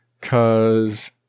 Cause